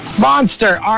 Monster